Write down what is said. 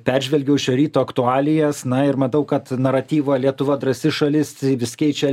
peržvelgiau šio ryto aktualijas na ir matau kad naratyvą lietuva drąsi šalis vis keičia